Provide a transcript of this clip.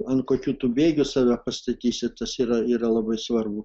ant kokių tu bėgių save pasakysi tas yra yra labai svarbu